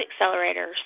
accelerators